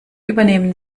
übernehmen